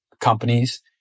companies